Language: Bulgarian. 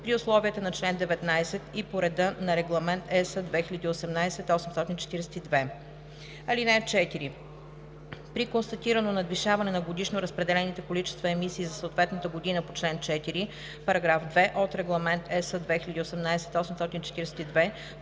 при условията на чл. 19 и по реда на Регламент (ЕС) 2018/842. (4) При констатирано надвишаване на годишно разпределените количества емисии за съответната година по чл. 4, параграф 2 от Регламент (ЕС) 2018/842,